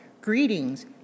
Greetings